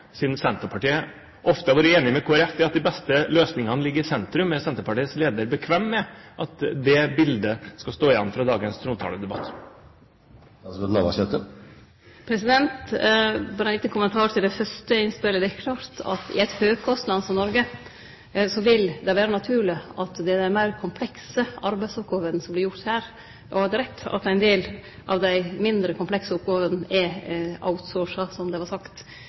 Siden Senterpartiet ofte har vært enig med Kristelig Folkeparti i at de beste løsninger ligger i sentrum, er Senterpartiets leder bekvem med at det bildet skal stå igjen etter dagens trontaledebatt? Berre ein liten kommentar til det fyrste innspelet: Det er klart at i eit høgkostland som Noreg vil det vere naturleg at det er dei meir komplekse arbeidsoppgåvene som vert gjorde her. Det er rett at ein del av dei mindre komplekse oppgåvene er «outsourca», som det vert sagt,